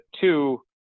two